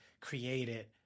created